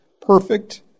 perfect